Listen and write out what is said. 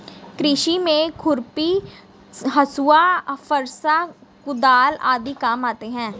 कृषि में खुरपी, हँसुआ, फरसा, कुदाल आदि काम आते है